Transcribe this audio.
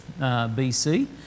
BC